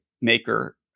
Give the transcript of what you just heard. maker